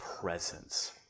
presence